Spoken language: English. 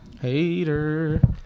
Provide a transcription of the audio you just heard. Hater